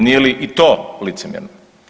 Nije li i to licemjerno?